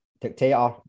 dictator